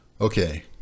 Okay